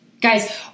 Guys